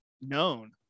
known